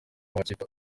amakipe